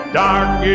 dark